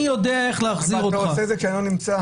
אבל אתה עושה את זה כשאני לא נמצא.